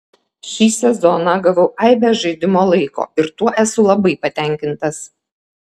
šį sezoną gavau aibę žaidimo laiko ir tuo esu labai patenkintas